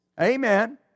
Amen